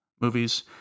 movies